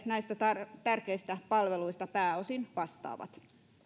näistä tärkeistä palveluista asukkaille pääosin vastaavat